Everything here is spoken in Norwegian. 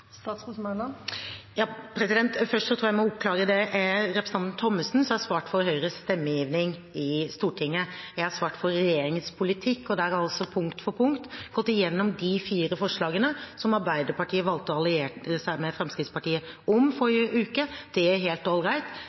Først tror jeg at jeg må oppklare at det er representanten Thommessen som har svart for Høyres stemmegivning i Stortinget. Jeg har svart for regjeringens politikk, og da har jeg også punkt for punkt gått igjennom de fire forslagene som Arbeiderpartiet valgte å alliere seg med Fremskrittspartiet om, i forrige uke. Det er helt